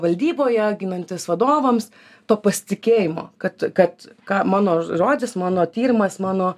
valdyboje ginantis vadovams to pasitikėjimo kad kad ką mano rodys mano tyrimas mano